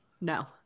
no